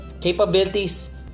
Capabilities